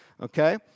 okay